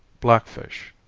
black fish.